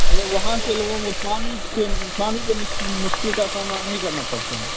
मतलब वहाँ के लोगों को पानी से पानी की मुश्किल मुश्किल का सामना नहीं करना पड़ता है